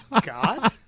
god